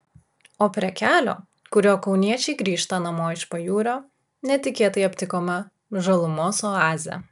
o prie kelio kuriuo kauniečiai grįžta namo iš pajūrio netikėtai aptikome žalumos oazę